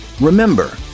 Remember